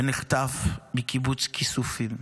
ונחטף מקיבוץ כיסופים,